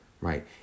right